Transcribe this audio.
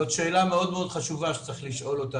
זאת שאלה מאוד חשובה שצריך לשאול.